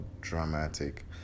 dramatic